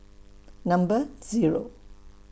Number Zero